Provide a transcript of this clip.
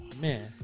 Man